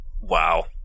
wow